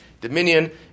dominion